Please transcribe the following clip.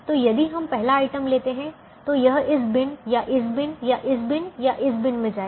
तो यदि हम पहला आइटम लेते हैं तो यह इस बिन या इस बिन या इस बिन या इस बिन में जाएगा